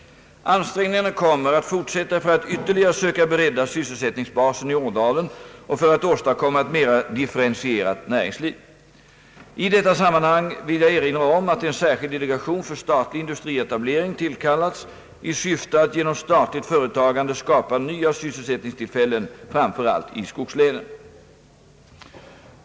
Ansträngningarna kommer att fortsätta för att ytterligare söka bredda sysselsättningsbasen i Ådalen och för att åstadkomma ett mera differentierat näringsliv. I detta sammanhang vill jag erinra om att en särskild delegation för statlig industrietablering tillkallats i syfte att genom statligt företagande skapa nya sysselsättningstillfällen, framför allt i skogslänen.